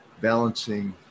balancing